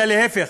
אלא להפך,